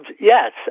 yes